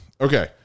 okay